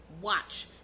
watch